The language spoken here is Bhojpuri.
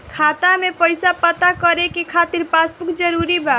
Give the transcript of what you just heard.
खाता में पईसा पता करे के खातिर पासबुक जरूरी बा?